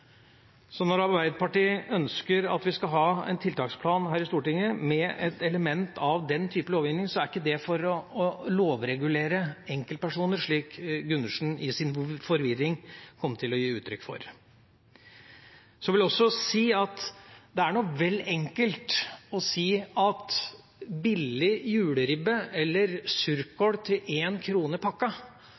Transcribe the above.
Så når Arbeiderpartiet ønsker at vi skal vedta en tiltaksplan her i Stortinget med et element av den type lovgivning, så er ikke det for å lovregulere enkeltpersoner, slik Gundersen i sin forvirring kom til å gi uttrykk for. Det er vel enkelt å si at billig juleribbe, eller surkål til 1 kr per pakke,